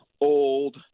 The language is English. old